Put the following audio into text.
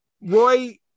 roy